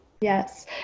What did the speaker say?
yes